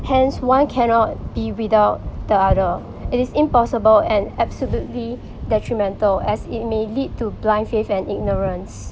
hence one cannot be without the other it is impossible and absolutely detrimental as it may lead to blind faith and ignorance